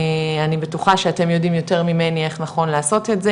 אני בטוחה שאתם יודעים יותר ממני איך נכון לעשות את זה,